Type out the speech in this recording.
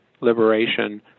liberation